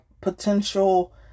potential